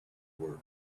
were